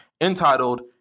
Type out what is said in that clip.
entitled